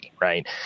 Right